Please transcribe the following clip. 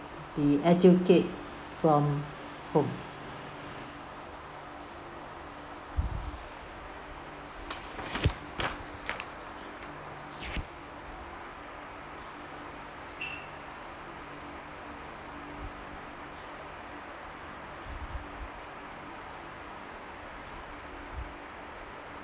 be educate from home